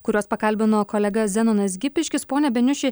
kuriuos pakalbino kolega zenonas gipiškis pone beniuši